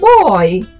boy